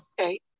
okay